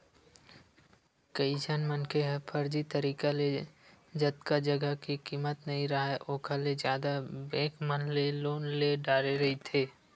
कइझन मनखे ह फरजी तरिका ले जतका जघा के कीमत नइ राहय ओखर ले जादा बेंक मन ले लोन ले डारे रहिथे